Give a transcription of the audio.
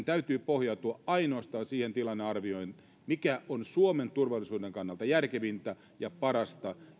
täytyy pohjautua ainoastaan siihen tilannearvioon mikä on suomen turvallisuuden kannalta järkevintä ja parasta